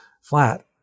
flat